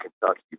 Kentucky